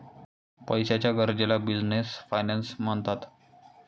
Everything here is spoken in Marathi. पैशाच्या गरजेला बिझनेस फायनान्स म्हणतात